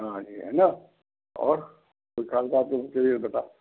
हाँ ये है ना और कोई ख़ास बात होनी चाहिए तो बताओ